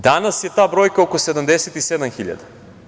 Danas je ta brojka oko 77.000.